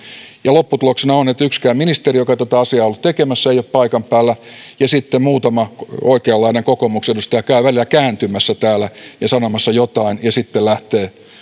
ja lopputuloksena on että yksikään ministeri joka tätä asiaa on ollut tekemässä ei ole paikan päällä ja sitten muutama oikeanlainen kokoomuksen edustaja käy välillä kääntymässä täällä ja sanomassa jotain ja sitten lähtee